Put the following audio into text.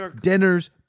dinners